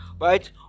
right